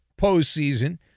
postseason